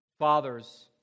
Fathers